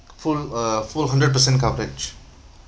full uh full hundred percent coverage